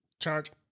charge